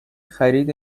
خرید